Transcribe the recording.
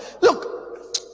Look